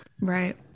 Right